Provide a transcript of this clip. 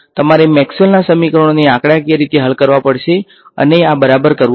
તમારે મેક્સવેલના સમીકરણોને આંકડાકીય રીતે હલ કરવા પડશે અને આ બરાબર કરવું પડશે